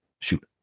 shoot